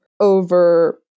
over